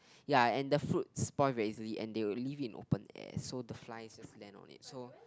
ya and the fruits spoil very easily and they will leave it in open air so the flies just land on it so